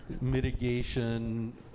mitigation